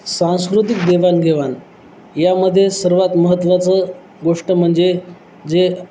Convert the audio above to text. सांस्कृतिक देवाणघेवाण यामध्ये सर्वात महत्त्वाचं गोष्ट म्हणजे जे